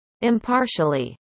impartially